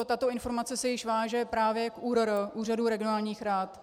Tato informace se již váže právě k ÚRR, Úřadu regionálních rad.